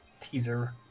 teaser